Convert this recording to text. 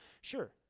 Sure